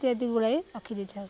ଇତ୍ୟାଦି ଗୋଳାଇ ରଖି ଦେଇଥାଉ